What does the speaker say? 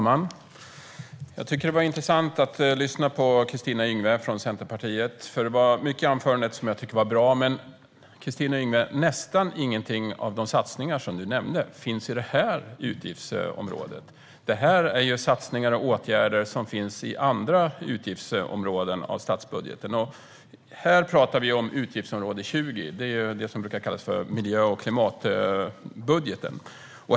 Herr talman! Det var intressant att lyssna på Kristina Yngwe från Centerpartiet, eftersom det var mycket i hennes anförande som jag tyckte var bra. Men, Kristina Yngwe, nästan ingenting av de satsningar som du nämnde finns på detta utgiftsområde. Detta är satsningar och åtgärder som finns på andra utgiftsområden i statsbudgeten. Här talar vi om utgiftsområde 20, och det är det som brukar kallas för miljö och klimatbudgeten.